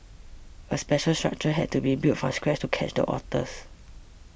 a special structure had to be built from scratch to catch the otters